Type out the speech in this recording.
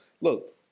look